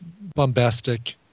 bombastic